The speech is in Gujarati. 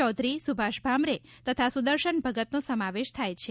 ચૌધરી સુભાષ ભામરે તથા સુદર્શન ભગતનો સમાવેશ થાય છે